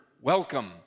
welcome